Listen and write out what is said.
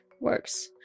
works